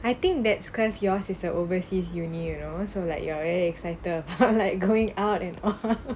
I think that's because yours is the overseas university you know so like you are excited like going out and